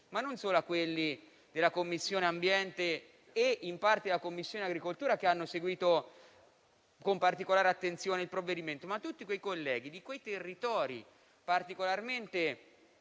solo a quelli della Commissione ambiente e in parte a quelli della Commissione agricoltura, che hanno seguito con particolare attenzione il provvedimento, ma a tutti i colleghi dei territori particolarmente